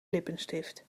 lippenstift